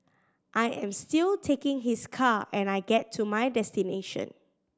I am still taking his car and I get to my destination